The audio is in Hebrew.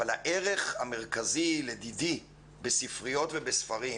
אבל הערך המרכזי לדידי בספריות ובספרים,